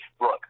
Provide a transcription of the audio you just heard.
Look